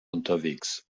unterwegs